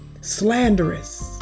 slanderous